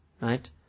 Right